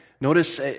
notice